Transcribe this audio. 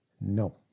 No